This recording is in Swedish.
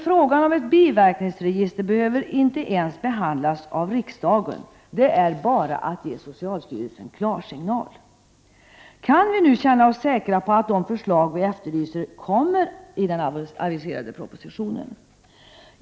Frågan om ett biverkningsregister behöver inte ens behandlas av riksdagen. Det är bara att ge socialstyrelsen klarsignal! Kan vi nu vara säkra på att det förslag vi efterlyser kommer i den aviserade propositionen?